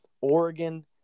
Oregon